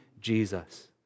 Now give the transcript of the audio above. Jesus